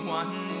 one